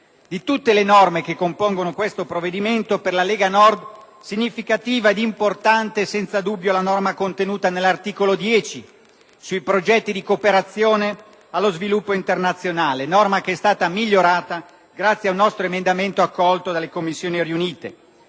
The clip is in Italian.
Di tutte le norme che compongono questo provvedimento, per la Lega Nord significativa ed importante è senza dubbio quella contenuta nell'articolo 10 relativa ai progetti di cooperazione allo sviluppo internazionale, norma che è stata migliorata grazie al nostro emendamento accolto dalle Commissioni riunite.